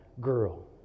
girl